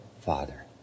Father